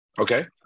Okay